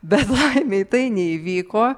bet laimei tai neįvyko